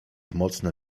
mocne